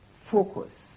focus